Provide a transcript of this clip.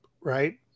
right